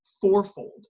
fourfold